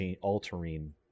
altering